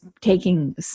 taking